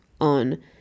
on